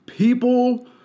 People